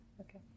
Okay